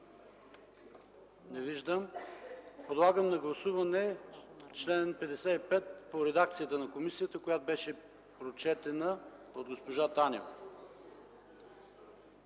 Не виждам. Подлагам на гласуване чл. 55 по редакцията на комисията, прочетена от госпожа Танева.